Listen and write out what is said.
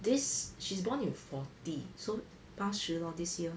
this she's born in forty so 八十 lor this year